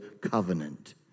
covenant